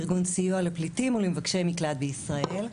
ארגון סיוע לפליטים ולמבקשי מקלט בישראל.